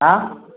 आं